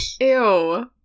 Ew